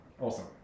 Awesome